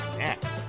next